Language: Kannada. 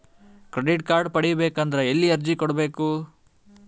ಕ್ರೆಡಿಟ್ ಕಾರ್ಡ್ ಪಡಿಬೇಕು ಅಂದ್ರ ಎಲ್ಲಿ ಅರ್ಜಿ ಕೊಡಬೇಕು?